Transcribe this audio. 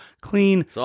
clean